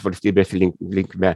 valstybės lin linkme